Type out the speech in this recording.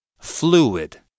fluid